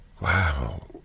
wow